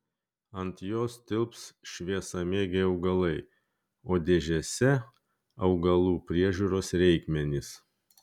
ant jos tilps šviesamėgiai augalai o dėžėse augalų priežiūros reikmenys